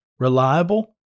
Reliable